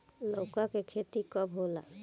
लौका के खेती कब होला?